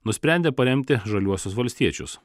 nusprendė paremti žaliuosius valstiečius